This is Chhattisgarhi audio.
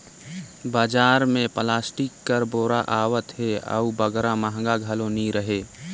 बजार मे पलास्टिक कर बोरा आवत अहे अउ बगरा महगा घलो नी रहें